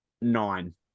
nine